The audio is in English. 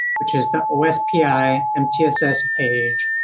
which is the ospi mtss page.